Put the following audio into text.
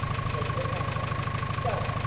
said the thunder stop.